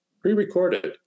Pre-recorded